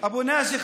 אבו נאג'י.